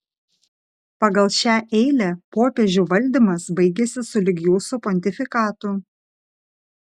pagal šią eilę popiežių valdymas baigiasi sulig jūsų pontifikatu